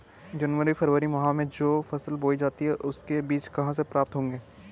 जनवरी फरवरी माह में जो फसल बोई जाती है उसके बीज कहाँ से प्राप्त होंगे?